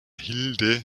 hilde